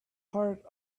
heart